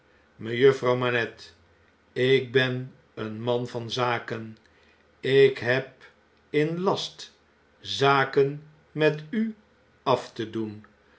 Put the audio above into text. mejuffrouw manette ik ben een man van zaken ik heb in last zaken met u af te doen